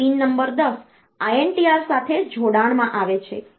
આ pin number 10 INTR સાથે જોડાણમાં આવે છે